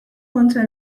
kontra